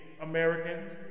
Americans